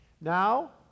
Now